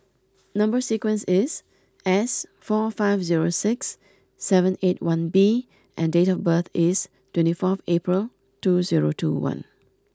number sequence is S four five zero six seven eight one B and date of birth is twenty four April two zero two one